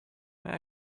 may